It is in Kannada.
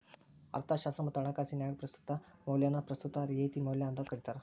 ಅರ್ಥಶಾಸ್ತ್ರ ಮತ್ತ ಹಣಕಾಸಿನ್ಯಾಗ ಪ್ರಸ್ತುತ ಮೌಲ್ಯನ ಪ್ರಸ್ತುತ ರಿಯಾಯಿತಿ ಮೌಲ್ಯ ಅಂತೂ ಕರಿತಾರ